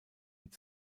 mit